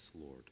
lord